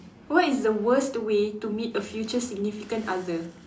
what is the worst way to meet a future significant other